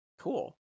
Cool